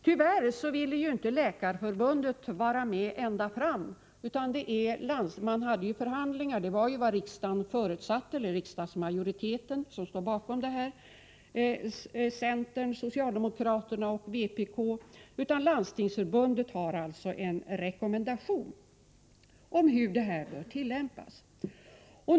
Tyvärr ville inte Läkarförbundet vara med ända fram — riksdagsmajoriteten, som stod bakom beslutet och som bestod av centern, socialdemokraterna och vpk, förutsatte förhandlingar — utan Landstingsförbundet har utfärdat en rekommendation om hur det bör tillämpas.